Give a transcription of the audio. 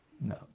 No